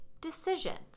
decisions